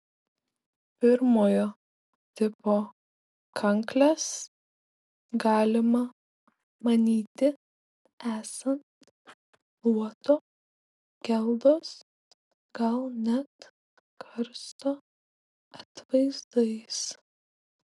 pirmojo tipo kankles galima manyti esant luoto geldos gal net karsto atvaizdais